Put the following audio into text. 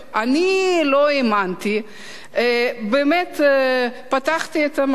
אני לא האמנתי, באמת פתחתי את המחשב,